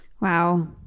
Wow